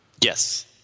Yes